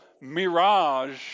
mirage